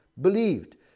believed